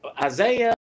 Isaiah